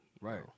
right